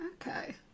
Okay